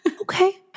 okay